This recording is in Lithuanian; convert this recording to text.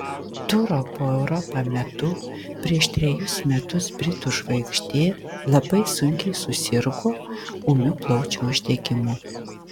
turo po europą metu prieš trejus metus britų žvaigždė labai sunkiai susirgo ūmiu plaučių uždegimu